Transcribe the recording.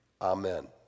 Amen